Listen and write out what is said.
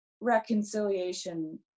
reconciliation